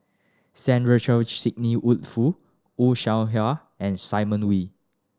Sandrasegaran Sidney Woodhull Fan Shao Hua and Simon Wee